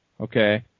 okay